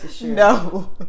no